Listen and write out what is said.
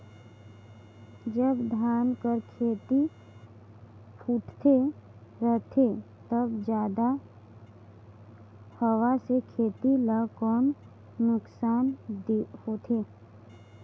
जब धान कर खेती फुटथे रहथे तब जादा हवा से खेती ला कौन नुकसान होथे?